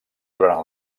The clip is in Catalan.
durant